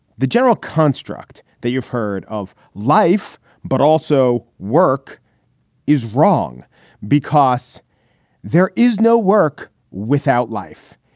the general construct that you've heard of life but also work is wrong because there is no work without life.